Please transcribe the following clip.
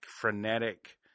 frenetic –